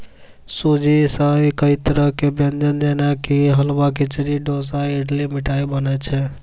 सूजी सॅ कई तरह के व्यंजन जेना कि हलवा, खिचड़ी, डोसा, इडली, मिठाई बनै छै